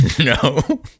No